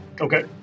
Okay